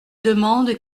demande